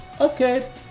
Okay